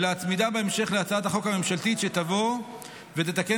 ולהצמידה בהמשך להצעת החוק הממשלתית שתבוא ותתקן